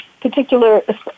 particular